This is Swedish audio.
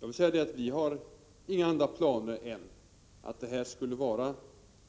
Herr talman! Vi har inga andra planer än att betrakta de kreditbegränsningar som infördes som